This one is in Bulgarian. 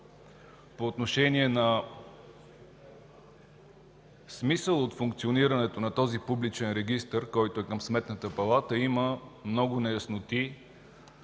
по отношение на смисъла от функционирането на този публичен регистър, който е към Сметната палата, има много неясноти